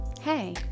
hey